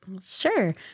Sure